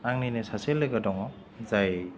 आंनिनो सासे लोगो दङ जाय